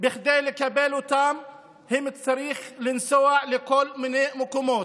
שבכדי לקבל אותם הם צריכים לנסוע לכל מיני מקומות,